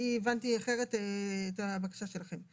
הבנתי אחרת את הבקשה שלכם.